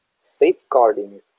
Safeguarding